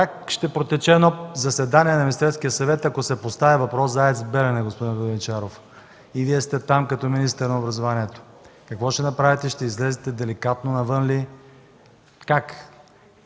как ще протече едно заседание на Министерския съвет, ако се постави въпрос за АЕЦ „Белене”, господин Воденичаров, и Вие сте там като министър на образованието? Какво ще направите? Ще излезете деликатно навън ли? Как